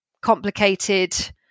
complicated